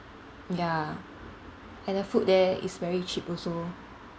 ya and the food there is very cheap also